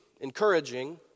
encouraging